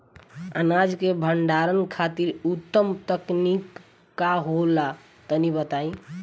अनाज के भंडारण खातिर उत्तम तकनीक का होला तनी बताई?